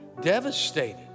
devastated